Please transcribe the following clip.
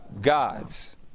God's